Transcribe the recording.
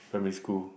primary school